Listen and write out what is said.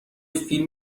فیلم